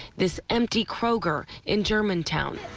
this empty kroger in germantown,